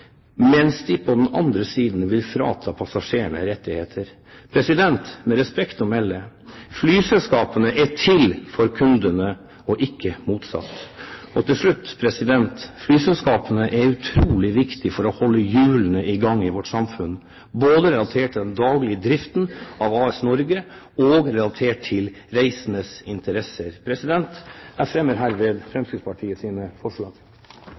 mens de på den andre siden vil frata passasjerene rettigheter. Med respekt å melde er flyselskapene til for kundene, og ikke motsatt. Til slutt: Flyselskapene er utrolig viktige for å holde hjulene i gang i vårt samfunn, både relatert til den daglige driften av AS Norge, og relatert til de reisendes interesser. Jeg fremmer herved Fremskrittspartiets forslag.